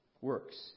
works